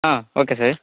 okay sir